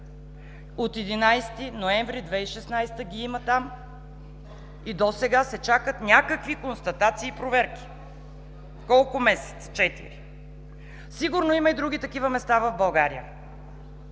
от 11 ноември 2016 г. ги има там и досега се чакат някакви констатации и проверки. Колко месеца? – Четири. Сигурно има и други такива места в България?!